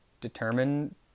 determine